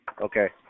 Okay